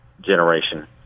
generation